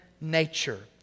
nature